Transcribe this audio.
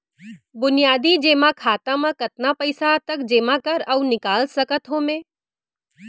बुनियादी जेमा खाता म कतना पइसा तक जेमा कर अऊ निकाल सकत हो मैं?